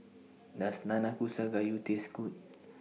Does Nanakusa Gayu Taste Good